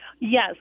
Yes